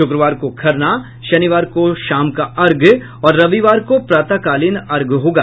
शुक्रवार को खरना शनिवार को शाम का अर्घ्य और रविवार को प्रातकालीन अर्घ्य होगा